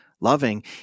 loving